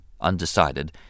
undecided